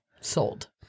sold